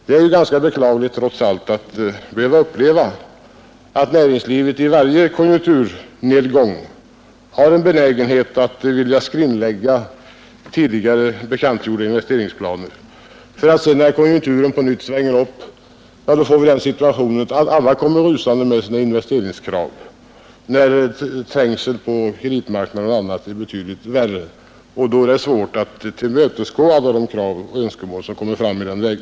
Det är ganska beklagligt trots allt att behöva uppleva att näringslivet i varje konjunkturnedgång har en benägenhet att vilja skrinlägga tidigare bekantgjorda investeringsplaner och att alla sedan kommer rusande med sina investeringskrav när konjunkturen på nytt svänger och trängseln på kreditmarknaden blir betydligt värre och det är svårt att tillmötesgå alla krav och önskemål.